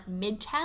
midtown